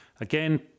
Again